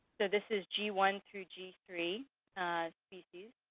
this is g one through g three species.